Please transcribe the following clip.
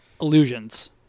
illusions